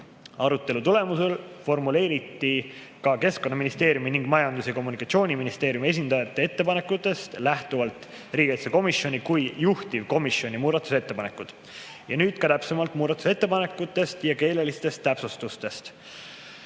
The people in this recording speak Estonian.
Arutelu tulemusel formuleeriti ka Keskkonnaministeeriumi ning Majandus‑ ja Kommunikatsiooniministeeriumi esindajate ettepanekutest lähtuvalt riigikaitsekomisjoni kui juhtivkomisjoni muudatusettepanekud. Nüüd täpsemalt muudatusettepanekutest ja keelelistest täpsustustest.